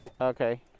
Okay